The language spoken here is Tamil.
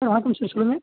ஆ வணக்கம் சார் சொல்லுங்க